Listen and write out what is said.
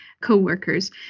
co-workers